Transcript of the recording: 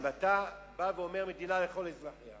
אם אתה אומר מדינת כל אזרחיה